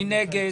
מי נגד?